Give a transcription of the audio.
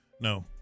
No